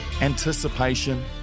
Anticipation